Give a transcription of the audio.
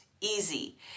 easy